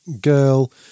girl